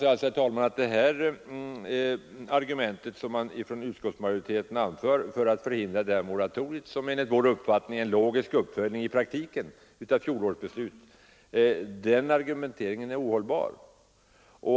Jag anser sålunda att de argument som utskottsmajoriteten anför för att förhindra moratoriet, som enligt vår uppfattning är en logisk uppföljning i praktiken av fjolårets beslut, är ohållbara.